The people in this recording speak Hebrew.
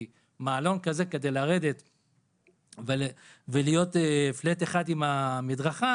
כי מעלון כזה, כדי לרדת ולהיות flat אחד עם המדרכה